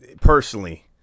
personally